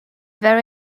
very